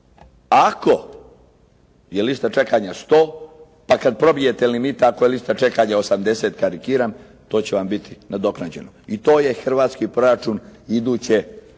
Ako je lista čekanja 100 pa kad probijete limit ako je lista čekanja 80, karikiram, to će vam biti nadoknađeno i to je hrvatski proračun iduće